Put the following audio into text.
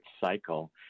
cycle